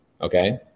Okay